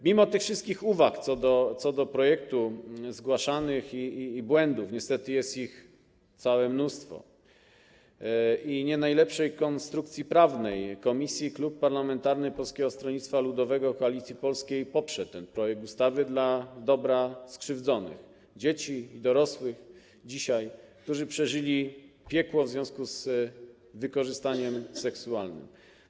Mimo wszystkich uwag zgłaszanych do projektu i błędów - niestety jest ich całe mnóstwo - i nie najlepszej konstrukcji prawnej komisji Klub Parlamentarny Polskie Stronnictwo Ludowe - Koalicja Polska poprze ten projekt ustawy dla dobra skrzywdzonych dzieci i dorosłych, którzy przeżyli piekło w związku z wykorzystaniem seksualnym.